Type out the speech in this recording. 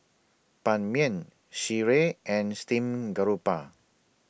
Ban Mian Sireh and Steamed Garoupa